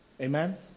Amen